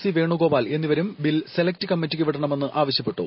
C Venugopal എന്നിവരും bill select കമ്മിറ്റിക്ക് വിടണമെന്ന് ആവശ്യപ്പെട്ടു